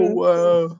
wow